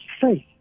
faith